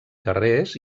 carrers